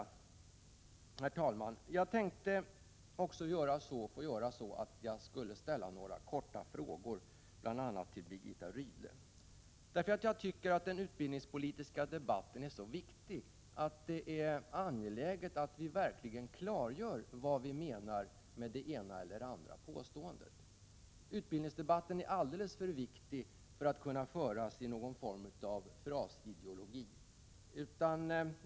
Herr talman! Jag tänkte ställa några frågor till bl.a. Birgitta Rydle. Jag tycker att den utbildningspolitiska debatten är så viktig att det är angeläget att vi verkligen klargör vad vi menar med det ena eller det andra påståendet. Utbildningsdebatten är alldeles för viktig för att kunna föras i någon form av frasideologi.